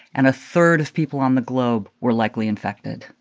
and a third of people on the globe were likely infected